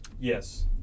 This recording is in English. Yes